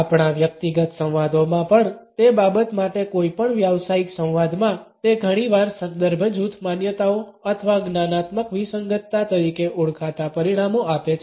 આપણા વ્યક્તિગત સંવાદોમાં પણ તે બાબત માટે કોઈપણ વ્યાવસાયિક સંવાદમાં તે ઘણીવાર સંદર્ભ જૂથ માન્યતાઓ અથવા જ્ઞાનાત્મક વિસંગતતા તરીકે ઓળખાતા પરીણામો આપે છે